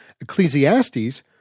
Ecclesiastes